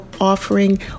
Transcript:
offering